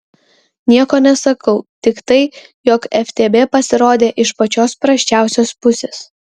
nieko nesakau tik tai jog ftb pasirodė iš pačios prasčiausios pusės